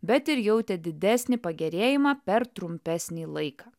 bet ir jautė didesnį pagerėjimą per trumpesnį laiką